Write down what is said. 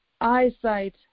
eyesight